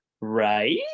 Right